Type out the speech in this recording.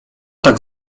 tak